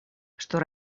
что